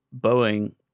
Boeing